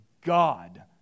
God